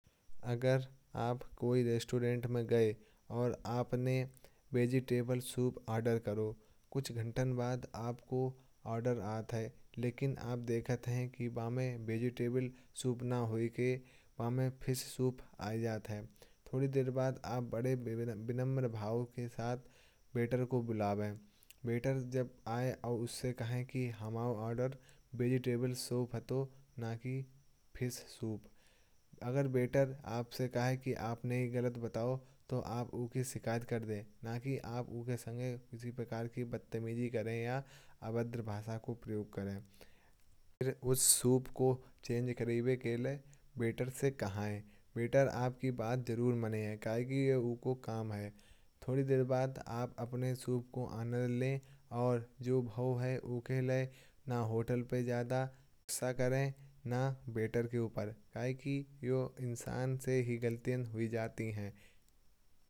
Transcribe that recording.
अगर आप कोई रेस्टोरेंट में गए। और आपने वेजिटेबल सूप ऑर्डर किया। कुछ घंटों बाद आपको ऑर्डर आता है। लेकिन आप देखते हैं कि वहाँ वेजिटेबल सूप न होकर फिश सूप आ जाता है। थोड़ी देर बाद आप बड़े विनम्र भाव के साथ वेटर को बुलाएं। वेटर जब आएं तो उनसे कहें कि हमारा ऑर्डर वेजिटेबल सूप है न कि फिश सूप। अगर वेटर आपसे कहे कि आप गलत कह रहे हैं। तो आप उनकी शिकायत कर दें। न कि आप उनके साथ किसी प्रकार की बदतमीजी करें। या अभद्र भाषा का प्रयोग करें फिर उस सूप को चेंज करने के लिए वेटर से कहें। वेटर आपकी बात ज़रूर मानेंगे क्यूंकि यह उनका काम है। थोड़ी देर बाद आप अपने सूप का आनंद लें और जो भाव है। उसके लिए न होटल पे ज़्यादा गुस्सा करें न वेटर के ऊपर। क्यूंकि जो इंसान हैं उनसे ही गलतियाँ होती हैं।